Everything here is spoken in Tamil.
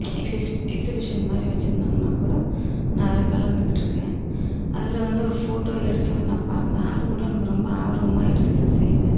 எக்ஸ்சைஸ் எக்ஸ்பிஷன் மாதிரி வச்சிருந்தாங்கனால் கூட நான் அதில் கலந்துக்கிட்டிருக்கேன் அதில் வந்து ஒரு ஃபோட்டோ எடுத்து நான் பார்ப்பேன் அது கூட எனக்கு ரொம்ப ஆர்வமாக எடுத்து செய்வேன்